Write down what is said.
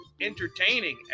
entertaining